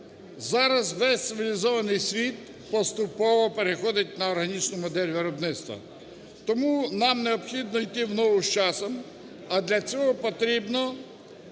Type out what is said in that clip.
Зараз весь цивілізований світ поступово переходить на органічну модель виробництва. Тому нам необхідно йти в ногу з часом, а для цього потрібна